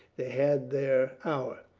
they had their hour.